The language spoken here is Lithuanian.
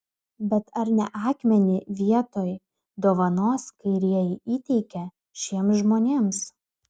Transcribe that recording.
bet ar ne akmenį vietoj dovanos kairieji įteikė šiems žmonėms